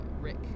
Rick